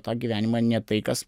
tą gyvenimą ne tai kas